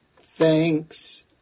thanks